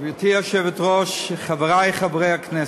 גברתי היושבת-ראש, חברי חברי הכנסת,